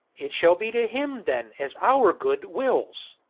it shall be to him then, as our good wills,